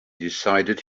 decided